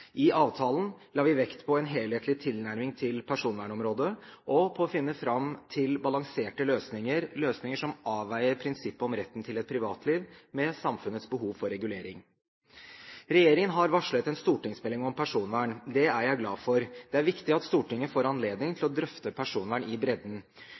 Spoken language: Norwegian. I avtalen la vi vekt på en helhetlig tilnærming til personvernområdet, og på å finne fram til balanserte løsninger, løsninger som avveier prinsippet om retten til et privatliv med samfunnets behov for regulering. Regjeringen har varslet en stortingsmelding om personvern. Det er jeg glad for. Det er viktig at Stortinget får anledning